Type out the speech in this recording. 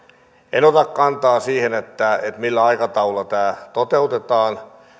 en ota kantaa siihen millä aikataululla tämä toteutetaan